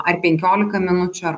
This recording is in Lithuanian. ar penkiolika minučių ar